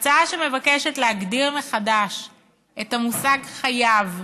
ההצעה מבקשת להגדיר מחדש את המושג "חייב",